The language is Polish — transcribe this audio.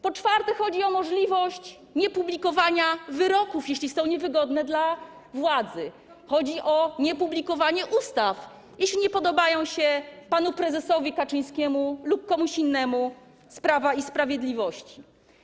Po czwarte, chodzi o możliwość niepublikowania wyroków, jeśli są niewygodne dla władzy, chodzi o niepublikowanie ustaw, jeśli nie podobają się panu prezesowi Kaczyńskiemu lub komuś innemu z Prawa i Sprawiedliwości.